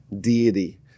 deity